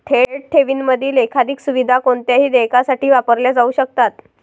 थेट ठेवींमधील एकाधिक सुविधा कोणत्याही देयकासाठी वापरल्या जाऊ शकतात